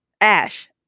Ash